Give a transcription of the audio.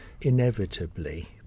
inevitably